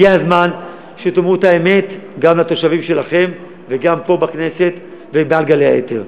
הגיע הזמן שתאמרו את האמת גם לתושבים שלכם וגם פה בכנסת ומעל גלי האתר: